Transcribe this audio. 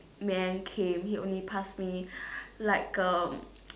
man came he only pass me like um